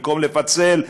במקום לפצל,